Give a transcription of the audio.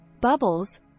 bubbles